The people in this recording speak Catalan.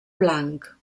blanc